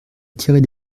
attirer